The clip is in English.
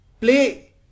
play